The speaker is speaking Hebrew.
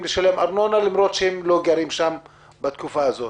לשלם ארנונה למרות שהם לא גרים שם בתקופה הזאת.